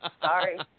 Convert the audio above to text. Sorry